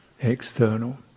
External